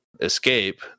escape